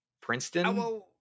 Princeton